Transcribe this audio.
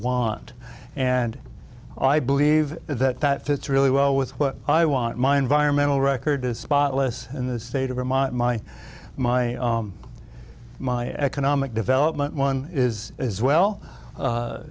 want and i believe that that fits really well with what i want my environmental record to spotless in the state of vermont my my my economic development one is as well